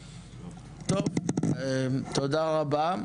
טוב, תודה רבה.